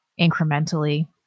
incrementally